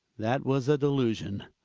that was a delusion.